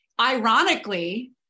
Ironically